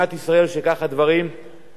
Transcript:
ואני רוצה לומר לחברי נחמן שי: